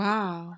Wow